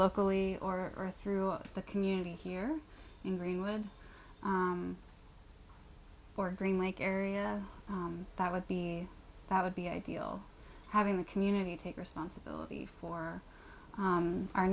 locally or or throughout the community here in greenwood or green lake area that would be that would be ideal having the community take responsibility for